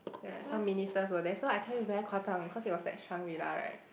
ya some ministers were there so I tell you very 夸张 cause it was at Shangri-la right